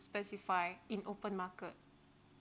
specify in open market